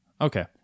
Okay